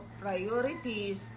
priorities